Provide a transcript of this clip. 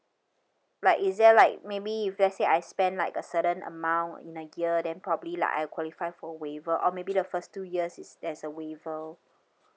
like is there like maybe if let's say I spend like a certain amount in a year then probably like I qualify for waiver or maybe the first two years is there's a waiver